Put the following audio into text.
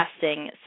testing